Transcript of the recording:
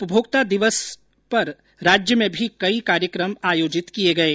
उपभोक्ता अधिकार दिवस पर राज्य में भी कई कार्यक्रम आयोजित किये गये